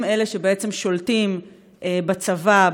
הם שבעצם שולטים בצבא,